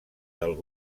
del